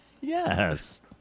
Yes